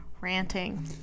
ranting